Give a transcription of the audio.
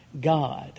God